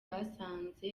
basanze